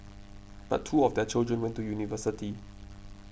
but two of their children went to university